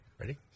Ready